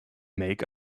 make